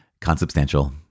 consubstantial